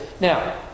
Now